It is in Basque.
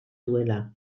duela